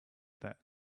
that